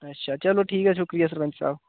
अच्छा चलो ठीक ऐ शुक्रिया सरपंच साह्ब